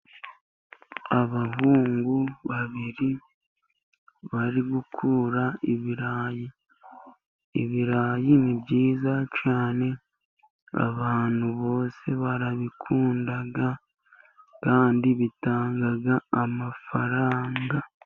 Abahungu babiri bari gukura ibirayi , ibirayi ni byiza cyane abantu bose barabikunda kandi bitanga amafaranga.